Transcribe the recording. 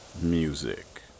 music